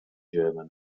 german